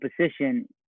position